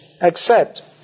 accept